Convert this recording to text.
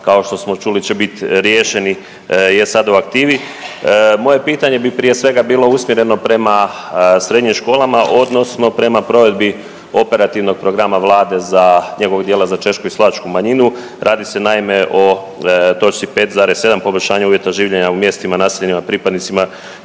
kao što smo čuli će bit riješeni je sad u aktivi. Moje pitanje bi prije svega bilo usmjereno prema srednjim školama odnosno prema provedbi operativnog programa Vlade za, njegovog dijela za češku i slovačku manjinu. Radi se naime o točci 5,7 poboljšanje uvjeta življenja u mjestima naseljenima pripadnicima